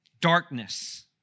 darkness